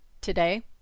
today